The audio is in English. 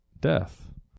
death